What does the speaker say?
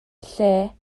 lle